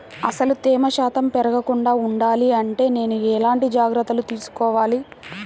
అసలు తేమ శాతం పెరగకుండా వుండాలి అంటే నేను ఎలాంటి జాగ్రత్తలు తీసుకోవాలి?